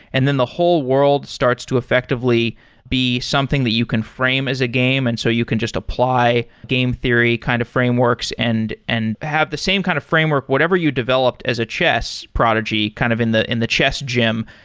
and then the whole world starts to effectively be something that you can frame as a game and so you can just apply game theory kind of frameworks, and and have the same kind of framework, whatever you developed as a chess prodigy, kind of in the in the chess gym,